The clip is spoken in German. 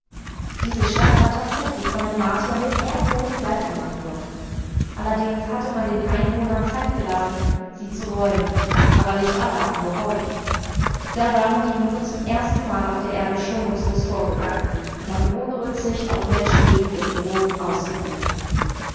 diese stadt war tatsächlich von den martiern dem erdboden gleichgemacht worden allerdings hatte man den einwohnern zeit gelassen sie zu räumen aber nicht alle hatten gehorcht da waren die nume zum erstenmal auf der erde schonungslos vorgegangen und hatten ohne rücksicht auf menschenleben ihre drohung ausgeführt